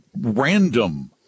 random